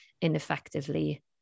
ineffectively